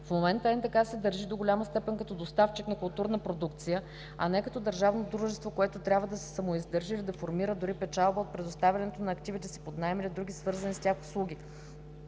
В момента НДК се държи до голяма степен като доставчик на културна продукция, а не като държавно дружество, което трябва да се самоиздържа или да формира дори печалба от предоставянето на активите си под наем или други, свързани с тях услуги.